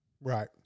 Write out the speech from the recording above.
Right